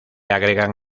agregan